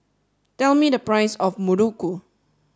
tell me the price of Muruku